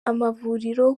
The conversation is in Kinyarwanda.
amavuriro